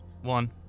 One